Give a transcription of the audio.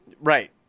Right